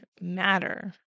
matter